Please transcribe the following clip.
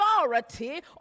authority